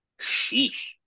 sheesh